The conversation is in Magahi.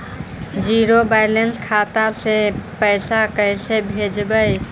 जीरो बैलेंस खाता से पैसा कैसे भेजबइ?